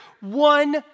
one